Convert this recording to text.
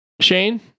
shane